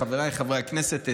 חבריי חברי הכנסת,